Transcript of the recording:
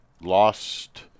lost